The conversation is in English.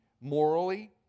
morally